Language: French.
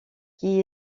qui